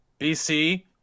BC